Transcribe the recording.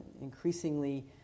increasingly